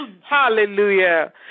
Hallelujah